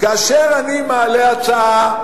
כאשר אני מעלה הצעה,